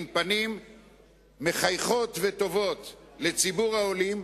עם פנים מחייכות וטובות לציבור העולים.